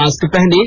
mask पहनें